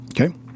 Okay